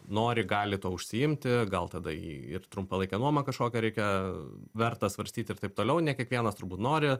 nori gali tuo užsiimti gal tada į trumpalaikę nuomą kažkokią reikia verta svarstyt ir taip toliau ne kiekvienas turbūt nori